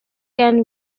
can